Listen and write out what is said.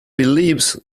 believes